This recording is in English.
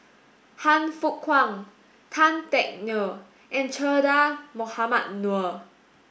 Han Fook Kwang Tan Teck Neo and Che Dah Mohamed Noor